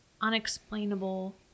unexplainable